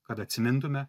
kad atsimintume